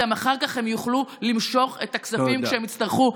אחר כך הם גם יוכלו למשוך את הכספים שהם יצטרכו.